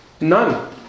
none